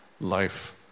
life